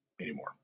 anymore